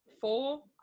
four